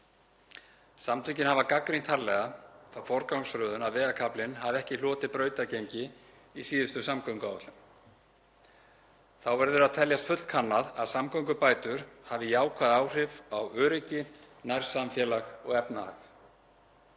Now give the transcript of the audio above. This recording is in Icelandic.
Samtökin hafa gagnrýnt harðlega þá forgangsröðun að vegarkaflinn hafi ekki hlotið brautargengi í síðustu samgönguáætlun. Þá verður að teljast fullkannað að samgöngubætur hafi jákvæð áhrif á öryggi, nærsamfélag og efnahag.